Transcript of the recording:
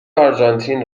آرژانتین